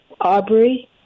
Aubrey